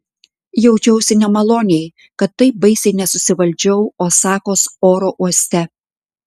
jaučiausi nemaloniai kad taip baisiai nesusivaldžiau osakos oro uoste